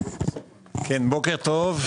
בוקר טוב,